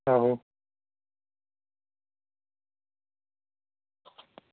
आहो